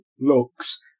looks